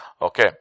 Okay